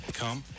come